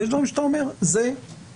ויש דברים שאתה אומר: זה חשוב,